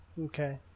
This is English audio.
okay